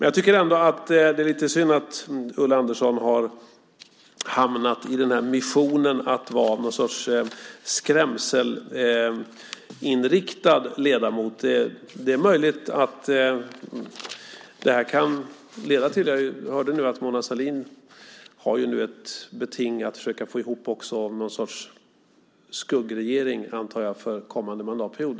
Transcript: Jag tycker ändå att det är synd att Ulla Andersson har hamnat i missionen att på något sätt vara en lite skrämselinriktad ledamot. Vi hörde att Mona Sahlin nu har ett beting att försöka få ihop någon sorts skuggregering, antar jag, för kommande mandatperiod.